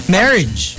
Marriage